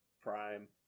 Prime